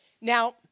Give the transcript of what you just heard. Now